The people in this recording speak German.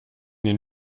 den